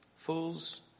Fools